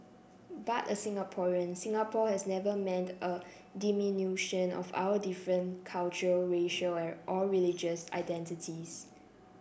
but a Singaporean Singapore has never meant a diminution of our different cultural racial or religious identities